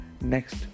next